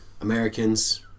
Americans